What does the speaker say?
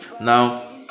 Now